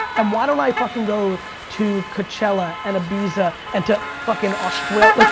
and why don't i fucking go to coachella and ibiza, and to fucking austral like,